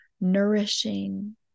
nourishing